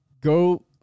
go